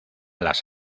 las